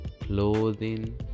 clothing